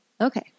okay